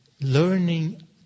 learning